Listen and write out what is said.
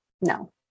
No